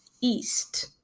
east